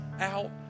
out